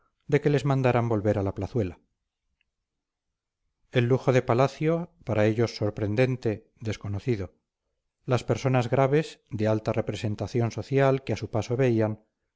de que les mandaran volver a la plazuela el lujo de palacio para ellos sorprendente desconocido las personas graves de alta representación social que a su paso veían